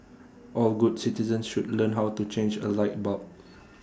all good citizens should learn how to change A light bulb